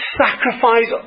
sacrifice